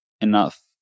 enough